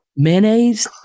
Mayonnaise